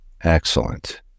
excellent